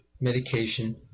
medication